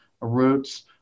roots